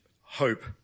hope